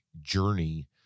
journey